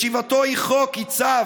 / ישיבתו היא חוק! / היא צו!